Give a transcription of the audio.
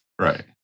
Right